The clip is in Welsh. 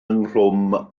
ynghlwm